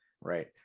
right